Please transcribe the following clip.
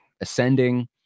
ascending